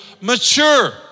mature